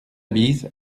bise